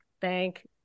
thank